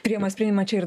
priima spren priima čia ir